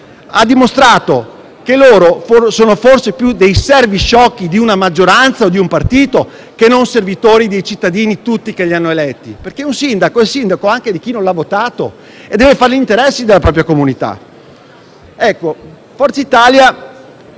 ha dimostrato che loro sono forse più dei servi sciocchi di una maggioranza o di un partito che non servitori dei cittadini tutti che li hanno eletti, perché un sindaco è sindaco anche di chi non l'ha votato e deve fare gli interessi della comunità. Forza Italia